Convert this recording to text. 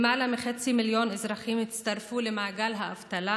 למעלה מחצי מיליון אזרחים הצטרפו למעגל האבטלה,